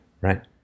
right